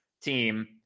team